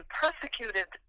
persecuted